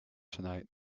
tonight